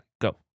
Go